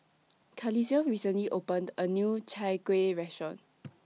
Carlisle recently opened A New Chai Kuih Restaurant